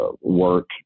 work